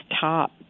top